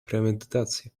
premedytacja